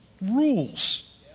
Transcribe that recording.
Rules